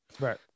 right